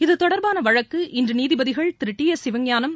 இதுதொடர்பான வழக்கு இன்று நீதிபதிகள் திரு டி எஸ் சிவஞானம்